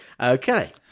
Okay